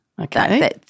Okay